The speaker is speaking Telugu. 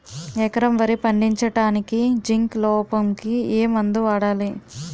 ఎకరం వరి పండించటానికి జింక్ లోపంకి ఏ మందు వాడాలి?